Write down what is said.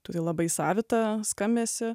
turi labai savitą skambesį